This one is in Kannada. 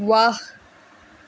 ವಾಹ್